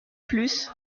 plus